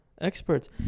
experts